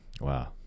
Wow